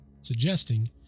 suggesting